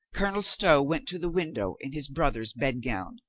colonel stow went to the window in his brother's bedgown.